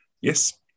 Yes